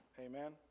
Amen